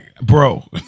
bro